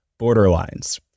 Borderlines